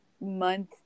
month